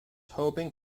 hoping